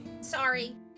sorry